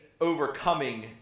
overcoming